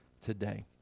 today